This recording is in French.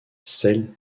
celle